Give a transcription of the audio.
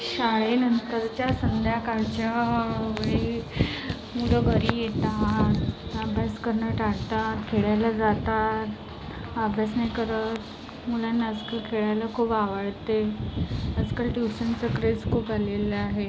शाळेनंतरच्या संध्याकाळच्या वेळी मुलं घरी येतात अभ्यास करणं टाळतात खेळायला जातात अभ्यास नाही करत मुलांना आजकाल खेळायला खूप आवडते आजकाल ट्युशनचं क्रेझ खूप आलेलं आहे